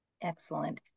Excellent